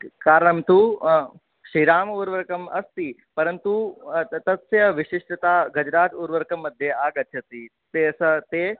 कारणं तु श्रीराम उर्वरकम् अस्ति परन्तु तस्य विशिष्टता गजराज उर्वरकमध्ये आगच्छति ते स ते